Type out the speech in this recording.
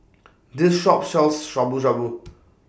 This Shop sells Shabu Shabu